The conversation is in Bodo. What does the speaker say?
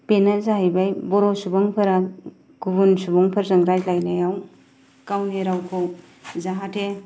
बेनो जाहैबाय बर'सुबुंफोरा गुबुन सुबुंफोरजों रायज्लायाव गावनि रावखौ जाहाथे